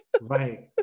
Right